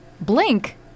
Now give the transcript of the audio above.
Blink